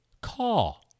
call